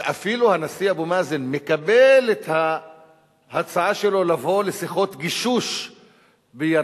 ואפילו הנשיא אבו מאזן מקבל את ההצעה שלו לבוא לשיחות גישוש בירדן,